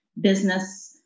business